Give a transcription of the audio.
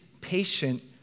patient